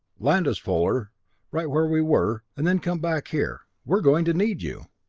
land us, fuller right where we were, and then come back here. we're going to need you!